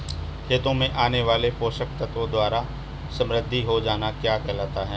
खेतों में आने वाले पोषक तत्वों द्वारा समृद्धि हो जाना क्या कहलाता है?